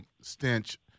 stench